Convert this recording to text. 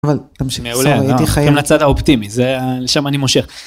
אבל תמשיכי לצד האופטימי, זה לשם אני מושך.